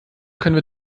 können